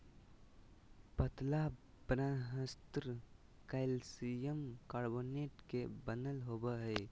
पतला बाह्यस्तर calcium carbonate के बनल होबो हइ